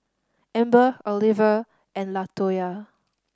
Amber Oliver and Latoya